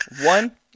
One